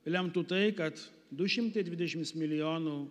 lemtų tai kad du šimtai dvidešims milojonų